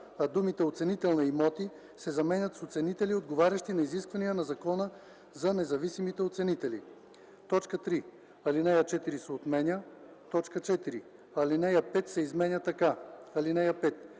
а думите „оценител на имоти” се заменят с „оценители, отговарящи на изискванията на Закона за независимите оценители”. 3. Алинея 4 се отменя. 4. Алинея 5 се изменя така: „(5)